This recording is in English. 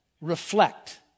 reflect